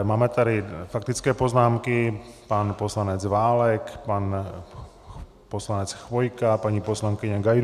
Máme tady faktické poznámky, pan poslanec Válek, pan poslanec Chvojka, paní poslankyně Gajdůšková.